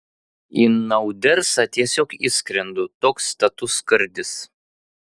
į naudersą tiesiog įskrendu toks status skardis